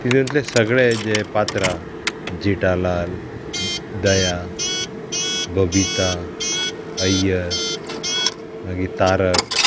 तितूंतले सगळे जे पात्रां जिटालाल दया बबिता अयर मागीर तारक